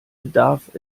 bedarf